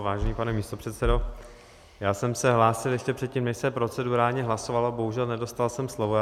Vážený pane místopředsedo, já jsem se hlásil ještě předtím, než se procedurálně hlasovalo, bohužel nedostal jsem slovo.